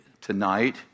tonight